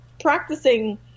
practicing